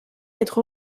être